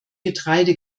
getreide